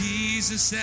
Jesus